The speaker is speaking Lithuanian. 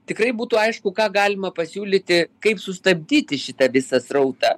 tikrai būtų aišku ką galima pasiūlyti kaip sustabdyti šitą visą srautą